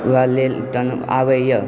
लिए लेल आबैए